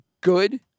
good